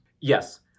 Yes